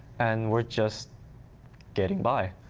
and we're just getting by.